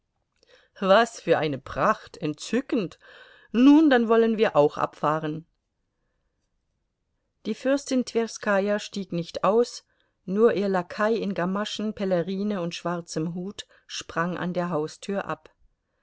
was für eine pracht entzückend nun dann wollen wir auch abfahren die fürstin twerskaja stieg nicht aus nur ihr lakai in gamaschen pelerine und schwarzem hut sprang an der haustür ab